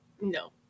No